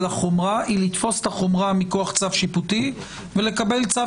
החומרה היא לתפוס את החומרה מכוח צו שיפוטי ולקבל צו